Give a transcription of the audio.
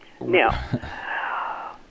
now